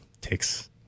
takes